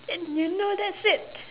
and you know that's it